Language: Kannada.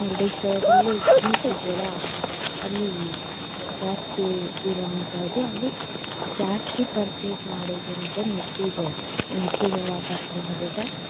ಮುರುಡೇಶ್ವರದಲ್ಲೇ ಬೀಚಿದೆಯಲ್ಲ ಅಲ್ಲಿ ಜಾಸ್ತಿ ಇರುವಂತಹದ್ದು ಅಲ್ಲಿ ಜಾಸ್ತಿ ಪರ್ಚೇಸ್ ಮಾಡುವುದಂದ್ರೆ ಮೆಕ್ಕೆ ಜೋಳ ಮೆಕ್ಕೆ ಜೋಳ ಪರ್ಚೇಸ್ ಆಗತ್ತೆ